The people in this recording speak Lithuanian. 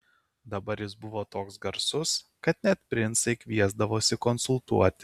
dabar jis buvo toks garsus kad net princai kviesdavosi konsultuoti